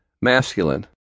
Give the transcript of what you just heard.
masculine